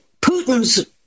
Putin's